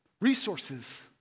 resources